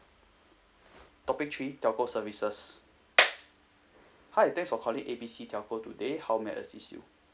topic three telco services hi thanks for calling A B C telco today how may I assist you